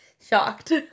shocked